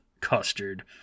custard